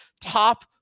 top